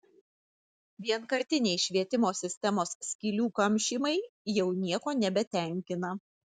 vienkartiniai švietimo sistemos skylių kamšymai jau nieko nebetenkina